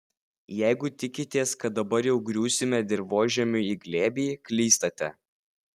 jeigu tikitės kad dabar jau griūsime dirvožemiui į glėbį klystate